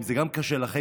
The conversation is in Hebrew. אם זה גם קשה לכם,